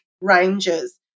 ranges